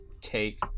take